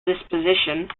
disposition